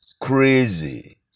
crazy